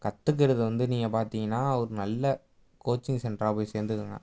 கற்றுக்கிறது வந்து நீங்கள் பார்த்தீங்கன்னா ஒரு நல்ல கோச்சிங் சென்டராக போய் சேர்ந்துக்குங்க